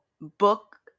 book